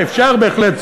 אפשר בהחלט.